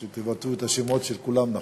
כדי שתבטאו נכון את השמות של כולם.